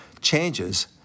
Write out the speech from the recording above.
changes